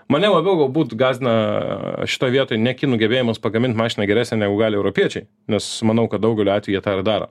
mane labiau galbūt gąsdina šitoj vietoj ne kinų gebėjimas pagamint mašiną geresnę negu gali europiečiai nes manau kad daugeliu atveju jie tą ir daro